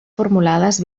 formulades